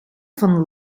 van